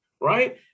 right